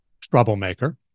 Troublemaker